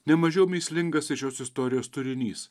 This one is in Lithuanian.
ne mažiau mįslingas ir šios istorijos turinys